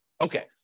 Okay